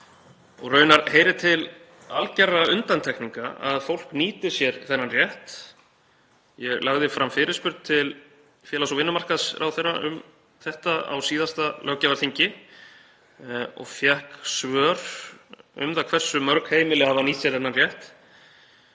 Raunar heyrir til algerra undantekninga að fólk nýti sér þennan rétt. Ég lagði fram fyrirspurn til félags- og vinnumarkaðsráðherra um þetta á síðasta löggjafarþingi og fékk svör um það hversu mörg heimili hafa nýtt sér þennan rétt.